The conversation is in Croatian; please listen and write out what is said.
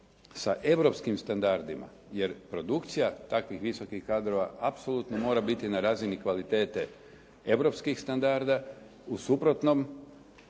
sa europskim standardima. Jer produkcija takvih visokih kadrova apsolutno mora biti na razini kvalitete europskih standarda. U suprotnom,